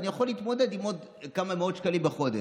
אז אני יכול להתמודד עם עוד כמה מאות שקלים בחודש.